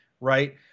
right